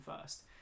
first